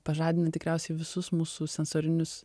pažadina tikriausiai visus mūsų sensorinius